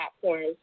platforms